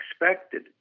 expected